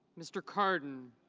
mr. cardin.